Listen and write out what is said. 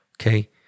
okay